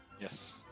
Yes